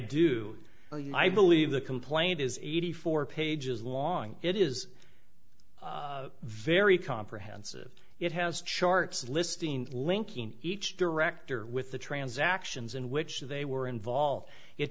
i believe the complaint is eighty four pages long it is very comprehensive it has charts listing linking each director with the transactions in which they were involved it